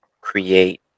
create